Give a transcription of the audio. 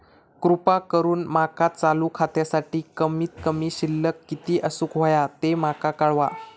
कृपा करून माका चालू खात्यासाठी कमित कमी शिल्लक किती असूक होया ते माका कळवा